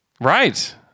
right